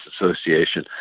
Association